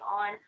on